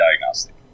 diagnostic